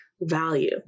value